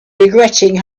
regretting